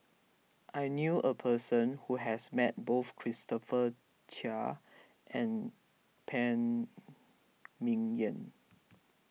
I knew a person who has met both Christopher Chia and Phan Ming Yen